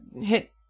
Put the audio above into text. hit